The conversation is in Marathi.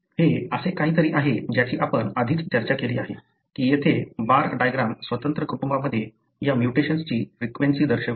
हे असे काहीतरी आहे ज्याची आपण आधीच चर्चा केली आहे की येथे बार डायग्रॅम स्वतंत्र कुटुंबांमध्ये या म्युटेशन्सची फ्रिक्वेंसी दर्शवते